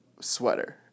sweater